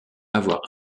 avoir